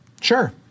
Sure